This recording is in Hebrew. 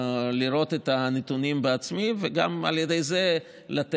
לראות את הנתונים בעצמי, וגם על ידי זה לתת